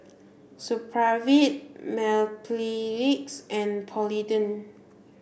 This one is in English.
Supravit Mepilex and Polident